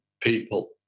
people